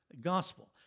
gospel